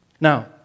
Now